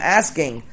asking